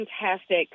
fantastic